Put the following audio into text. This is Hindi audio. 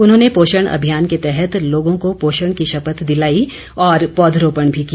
उन्होंने पोषण अभियान के तहत लोगों को पोषण की शपथ दिलाई और पौधरोपण भी किया